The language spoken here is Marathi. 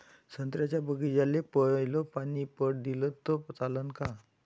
संत्र्याच्या बागीचाले पयलं पानी पट दिलं त चालन का?